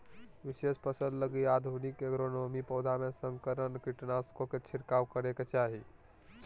विशेष फसल लगी आधुनिक एग्रोनोमी, पौधों में संकरण, कीटनाशकों के छिरकाव करेके चाही